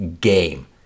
game